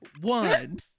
One